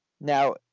Now